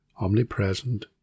omnipresent